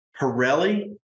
Pirelli